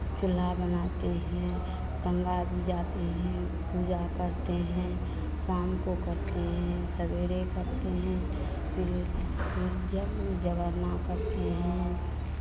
चूल्हा बनाते हैं गंगा जी जाते हैं पूजा करते हैं शाम को करते हैं सवेरे करते हैं लोग जग जगरना करते हैं